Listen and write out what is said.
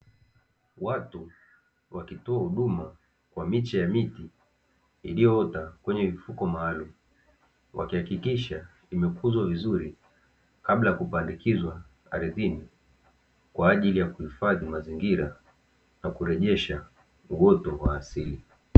Watu wakitoa huduma kwa miche ya miti iliyoota kwenye mifuko maalumu, wakihakikisha imekuzwa vizuri kabla ya kupandikizwa ardhini kwa ajili ya kuhifadhi mazingira na kurejesha uoto wa asili.